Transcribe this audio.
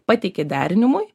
pateikė derinimui